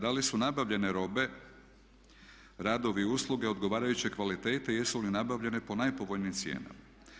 Da li su nabavljene robe radovi i usluge odgovarajuće kvalitete i jesu li nabavljene po najpovoljnijim cijenama.